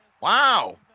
Wow